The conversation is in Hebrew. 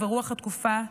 וברוח התקופה,